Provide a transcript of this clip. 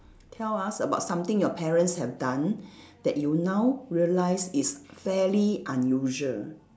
tell us about something your parents have done that you now realise is very unusual